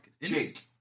Jake